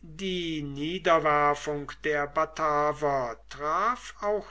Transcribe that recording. die niederwerfung der bataver traf auch